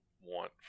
want